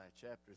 chapter